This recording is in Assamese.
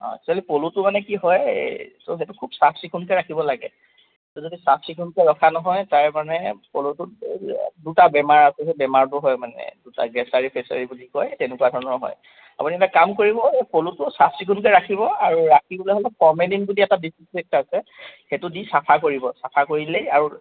অঁ একচুৱেলি পলুটো মানে কি হয় ত' সেইটো খুব চাফ চিকুণকৈ ৰাখিব লাগে ত' যদি চাফ চিকুণকৈ ৰখা নহয় তাৰ মানে পলুটোত দুটা বেমাৰ আছে সেই বেমাৰটো হয় মানে দুটা গেছাৰী ফ্ৰেচাৰী বুলি কয় তেনেকুৱা ধৰণৰ হয় আপুনি এটা কাম কৰিব এই পলুটো চাফ চিকুণকৈ ৰাখিব আৰু ৰাখিবলৈ হ'লে ফৰ্মেদিন বুলি এটা ডিছইনফেক্ট আছে সেইটো দি চাফা কৰিব চাফা কৰিলেই আৰু